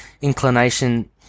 inclination